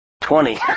Twenty